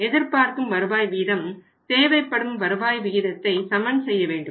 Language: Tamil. எதிர்பார்க்கும் வருவாய் விகிதம் தேவைப்படும் வருவாய் விகிதத்தை சமன் செய்ய வேண்டும்